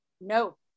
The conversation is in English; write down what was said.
No